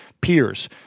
peers